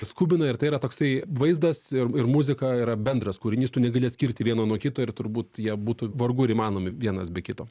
skubina ir tai yra toksai vaizdas ir ir muzika yra bendras kūrinys tu negali atskirti vieno nuo kito ir turbūt jie būtų vargu ar įmanomi vienas be kito